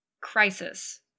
crisis